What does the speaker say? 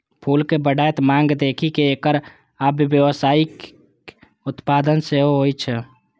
फूलक बढ़ैत मांग देखि कें एकर आब व्यावसायिक उत्पादन सेहो होइ छै